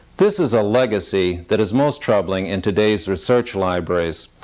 this is a legacy that is most troubling in today's research libraries,